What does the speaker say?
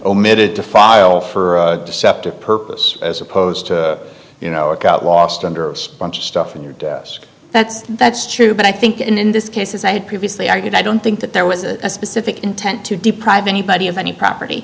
omitted to file for deceptive purpose as opposed to you know it got lost under a sponge stuff in your desk that's that's true but i think in this case as i had previously argued i don't think that there was a specific intent to deprive anybody of any property